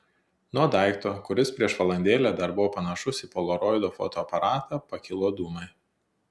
nuo daikto kuris prieš valandėlę dar buvo panašus į polaroido fotoaparatą pakilo dūmai